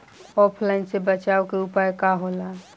ऑफलाइनसे बचाव के उपाय का होला?